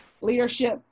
leadership